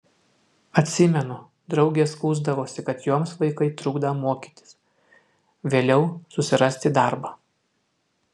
atsimenu draugės skųsdavosi kad joms vaikai trukdą mokytis vėliau susirasti darbą